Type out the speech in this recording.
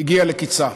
הגיעה לקיצה.